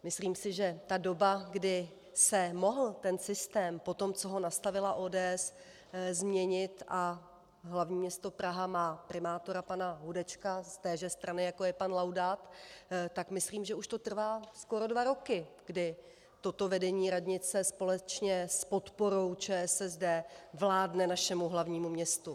Myslím si, že ta doba, kdy se mohl ten systém, po tom, co ho nastavila ODS, změnit a hlavní město má primátora pana Hudečka z téže strany, jako je pan Laudát, tak myslím, že už to trvá skoro dva roky, kdy toto vedení radnice společně s podporou ČSSD vládne našemu hlavnímu městu.